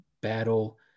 battle